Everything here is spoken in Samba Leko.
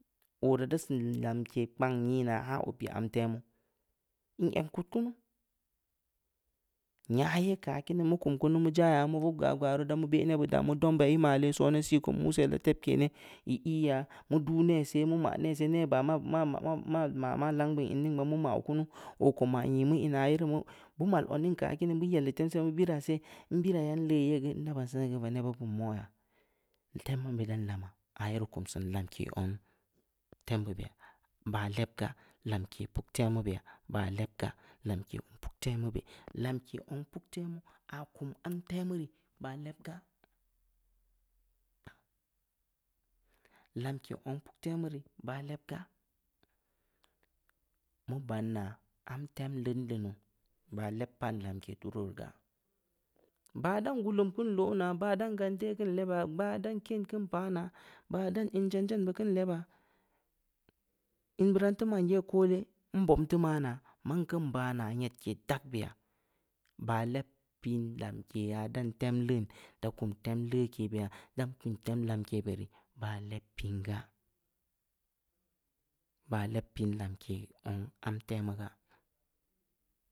Oo raa, da siin lamke kpang nyii naahaa oo pii ya am temu, n'eg nkud kunu, nya ye kii aah kiini, mu kum kunu mu jaa yaa, mu vug ya gba ruu, da mu beh nebbeudda mu dom beu ya, ii mala sone sii ko? Mu selaa? Tebke neh, ii iyaa, mu duu ne seh, mu maa neh seh, ne baa ma-ma-ma ma maa lang beun in ning baa, mu mauw kunu, oo ko maa nyi inaa ye rii kunu, beu mal od ning keu aah ye rii kini, mu yeehli tem seh, mu biraa seh, nbiraa, yan leui ye geu, nda baan seni geu vaneba, beun moya, tem ambe dan lama, aah ye rii kum siin lamke zong puktemu beya, baah leb gaa, lamke zong puktemu beh baah lab gaa, lamke zong puktemu be, lamke zong puktemuaah kum am temu rii, baah leb gaa, lamke zong puktemu rii baah lebgaa, mu an ya, am tem leudn leunuu, baah leb pan lamke turuu wpruu gaa, baah dan gulluum keun lonaa, baah dan gantehkeun lebaa, baah dan ken keun pah naa, baah dan in janjan keun lebah, in beuraa nteu man ye koole, nbobteu manaa, man keun banaa, nyedke dag beyabaa leb piin lamkeya dan tem leun da kum tem leuke beya, da kum tem lamke beya, baah leb piin gaa, baah leb piin lamke zong am temu gaa